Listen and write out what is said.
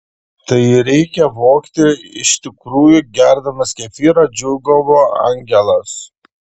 tai reikia vogti iš tikrųjų gerdamas kefyrą džiūgavo angelas